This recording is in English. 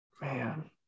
Man